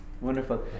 wonderful